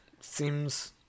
seems